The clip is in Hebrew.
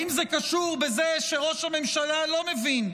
האם זה קשור בזה שראש הממשלה לא מבין,